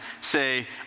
say